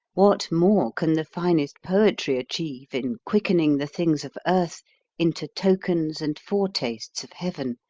what more can the finest poetry achieve in quickening the things of earth into tokens and foretastes of heaven,